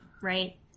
right